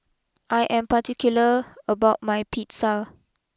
I am particular about my Pizza